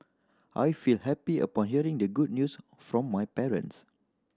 I felt happy upon hearing the good news from my parents